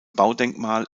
baudenkmal